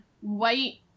white